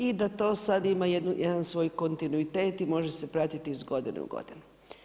I da to sad ima jedan svoj kontinuitet i može se pratiti iz godinu u godinu.